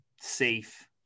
safe